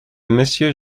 monsieur